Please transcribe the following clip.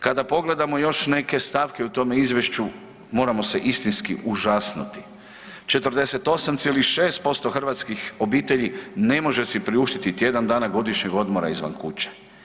Kada pogledamo još neke stavke u tome izvješću moramo se istinski užasnuti, 48,6% hrvatskih obitelji ne može si priuštiti tjedan dana godišnjeg odmora izvan kuće.